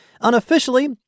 Unofficially